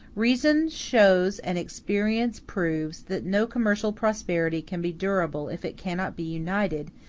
reason shows and experience proves that no commercial prosperity can be durable if it cannot be united,